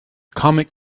comet